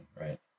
right